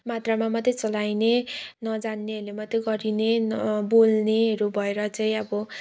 मात्रामा मात्रै चलाइने नजान्नेहरूले मात्रै गरिने बोल्नेहरू भएर चाहिँ अब